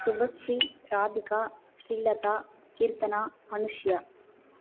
Subashree Radhika Srilatha Keerthana Anushiya